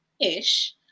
ish